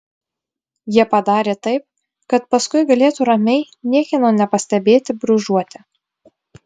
jie padarė taip kad paskui galėtų ramiai niekieno nepastebėti brūžuoti